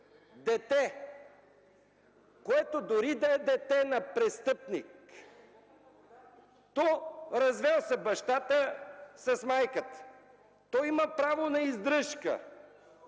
дете, дори да е дете на престъпник, развел се бащата с майката, има право на издръжка.